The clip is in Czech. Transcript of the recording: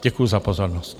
Děkuji za pozornost.